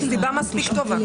סיבה מספיק טובה.